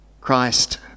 Christ